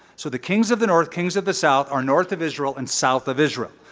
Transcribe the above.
so the kings of the north, kings of the south are north of israel and south of israel.